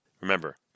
Remember